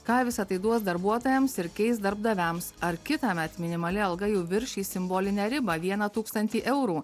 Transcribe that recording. ką visa tai duos darbuotojams ir keis darbdaviams ar kitąmet minimali alga jau viršys simbolinę ribą vieną tūkstantį eurų